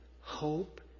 hope